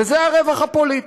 וזה הרווח הפוליטי.